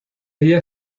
ella